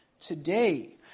today